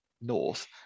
North